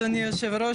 אדוני יושב הראש,